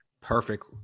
Perfect